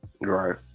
Right